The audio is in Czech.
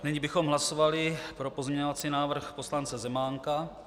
Nyní bychom hlasovali pro pozměňovací návrh poslance Zemánka.